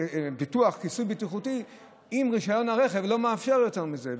כיסוי בטיחותי אם רישיון הרכב לא מאפשר יותר מזה,